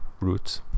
roots